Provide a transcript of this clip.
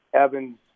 Evans